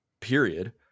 period